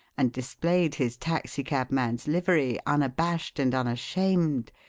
and displayed his taxicabman's livery unabashed and unashamed,